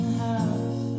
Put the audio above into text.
half